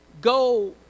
go